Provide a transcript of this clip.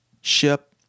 ship